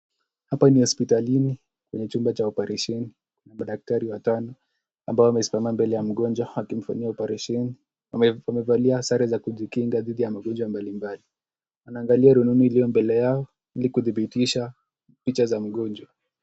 Hapa ni hospitali kwenye chumba cha oparesheni .Madaktari watano ambao wamesimama mbele ya mgonjwa wakimfanyia oparesheni. Wamevalia sare za kujikinga dhidi ya magonjwa mbalimbali. Wanaangalia rununu iliyo mbele yao ilikudhibitisha picha za mgonjwa.